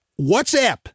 WhatsApp